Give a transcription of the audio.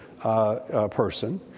person